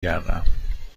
گردم